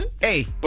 hey